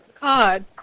God